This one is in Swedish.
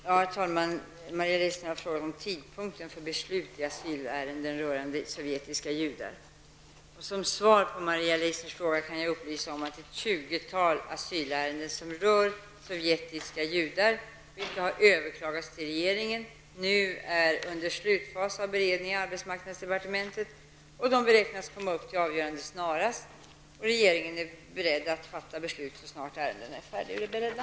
Herr talman! Maria Leissner har frågat om tidpunkten för beslut i asylärenden rörande sovjetiska judar. Som svar på Maria Leissners fråga kan jag upplysa om att ett tjugotal asylärenden som rör sovjetiska judar, vilka har överklagats till regeringen, nu är under slutfasen av beredningen i arbetsmarknadsdepartementet. De beräknas komma upp till avgörande snarast. Regeringen är beredd att fatta beslut så snart ärendena är färdigberedda.